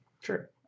Sure